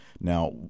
Now